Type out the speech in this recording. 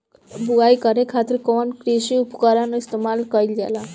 बुआई करे खातिर कउन कृषी उपकरण इस्तेमाल कईल जाला?